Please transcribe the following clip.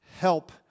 Help